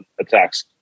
attacks